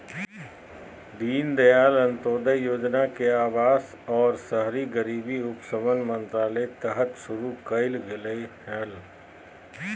दीनदयाल अंत्योदय योजना के अवास आर शहरी गरीबी उपशमन मंत्रालय तहत शुरू कइल गेलय हल